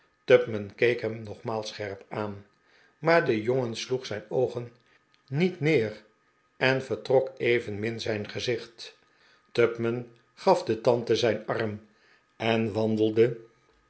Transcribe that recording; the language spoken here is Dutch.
tupman keek hem nogmaals scherp aan maar de jongen sloeg zijn oogen niet neer p en vertrok evenmin zijn gezicht tupman ga f de tante zijn arm en wandelde